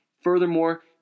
Furthermore